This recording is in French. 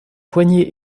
poignée